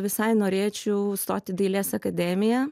visai norėčiau stoti į dailės akademiją